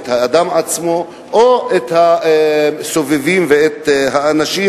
או את האדם עצמו או את הסובבים ואת האנשים,